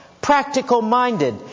practical-minded